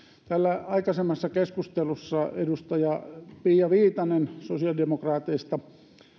täällä aikaisemmassa keskustelussa edustaja pia viitanen sosiaalidemokraateista